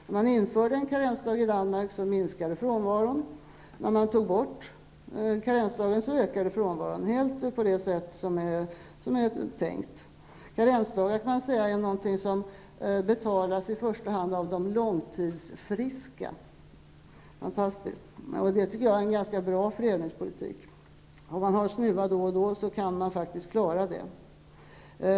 När man införde en karensdag i Danmark minskade frånvaron, och när man tog bort karensdagen ökade frånvaron -- helt på det sätt som är tänkt. Karensdagar är, kan man säga, någonting som betalas i första hand av de långtidsfriska. Fantastiskt! Det tycker jag är en ganska bra fördelningspolitik. Om man har snuva då och då, kan man faktiskt klara det.